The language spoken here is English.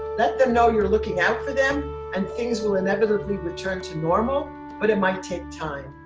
let them know you're looking out for them and things will inevitably return to normal but it might take time.